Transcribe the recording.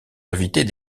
invités